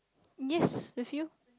yes with you